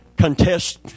contest